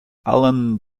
alan